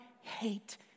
hate